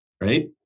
Right